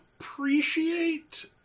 appreciate